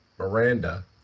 Miranda